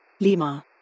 Lima